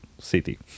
city